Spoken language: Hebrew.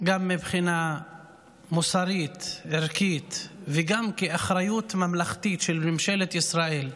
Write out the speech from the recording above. גם מבחינה מוסרית וערכית וגם כאחריות ממלכתית של ממשלת ישראל,